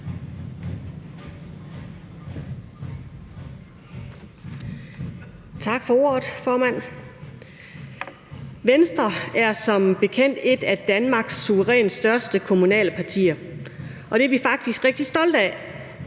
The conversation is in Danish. Tak for ordet, formand. Venstre er som bekendt et af Danmarks suverænt største kommunale partier, og det er vi faktisk rigtig stolte af.